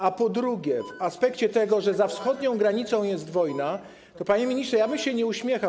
A po drugie, w aspekcie tego, że za wschodnią granicą jest wojna, to panie ministrze, ja bym się nie uśmiechał.